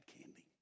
candy